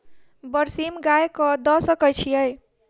बरसीम गाय कऽ दऽ सकय छीयै?